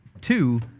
two